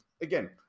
again